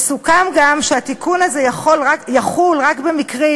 וגם סוכם שהתיקון הזה יחול רק במקרים